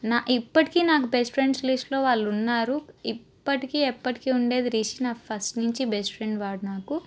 నా ఇప్పటికీ నాకు బెస్ట్ ఫ్రెండ్స్ లిస్టులో వాళ్ళు ఉన్నారు ఇప్పటికీ ఎప్పటికీ ఉండే రిషి నాకు ఫస్ట్ నుంచి బెస్ట్ ఫ్రెండ్స్ వాడు నాకు